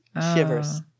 Shivers